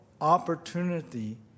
opportunity